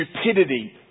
stupidity